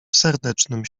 serdecznym